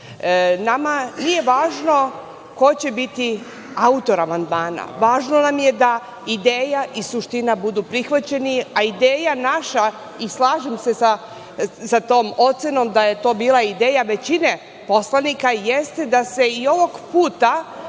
nije važno ko će biti autor amandmana. Važno nam je da ideja i suština budu prihvaćeni, a ideja naša, i slažem se sa tom ocenom da je to bila ideja većine poslanika, jeste da se i ovog puta